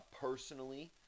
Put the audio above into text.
personally